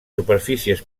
superfícies